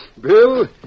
Bill